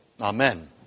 Amen